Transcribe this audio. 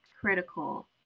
critical